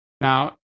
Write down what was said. Now